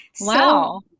wow